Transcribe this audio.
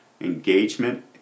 engagement